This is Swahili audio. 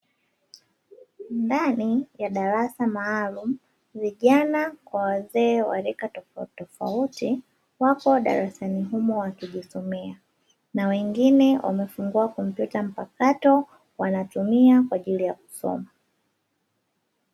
Ndani ya darasa maalumu, vijana kwa wazee wa rika tofautitofauti wako darasani humo wakijisomea, na wengine wamefungua kompyuta mpakato wanatumia kwa ajili ya kusoma.